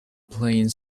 playing